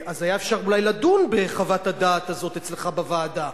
היה אפשר אולי לדון בחוות הדעת הזאת אצלך בוועדה,